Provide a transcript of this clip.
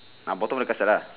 ah bottom of the castle lah